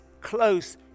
close